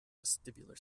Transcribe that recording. vestibular